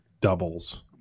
doubles